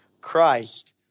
Christ